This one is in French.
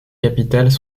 capitales